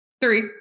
Three